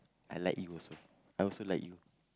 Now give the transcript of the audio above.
I like you also I also like you